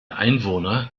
einwohner